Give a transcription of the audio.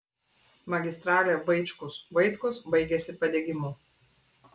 magistralė vaičkus vaitkus baigiasi padegimu